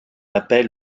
appel